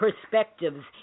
perspectives